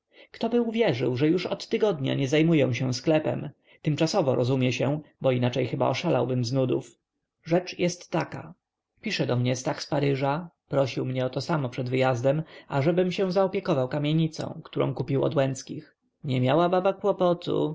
ktoby uwierzył że już od tygodnia nie zajmuję się sklepem tymczasowo rozumie się bo inaczej chyba oszalałbym z nudów rzecz jest taka pisze do mnie stach z paryża prosił mnie o to samo przed wyjazdem ażebym się zaopiekował kamienicą którą kupił od łęckich nie miała baba kłopotu